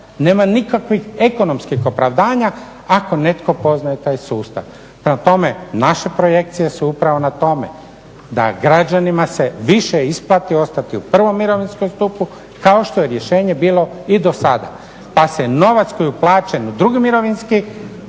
nema nikakvih ekonomskih opravdanja ako netko poznaje taj sustav. Prema tome, naše projekcije su upravo na tome da građanima se više isplati ostati u prvom mirovinskom stupu kao što je rješenje bilo i do sada. Pa se novac koji je uplaćen u drugi mirovinski